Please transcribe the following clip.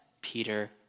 Peter